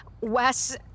Wes